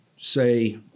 say